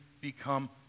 become